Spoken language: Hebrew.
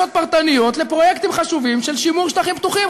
פרטניות לפרויקטים חשובים של שימור שטחים פתוחים.